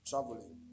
Traveling